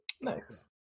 Nice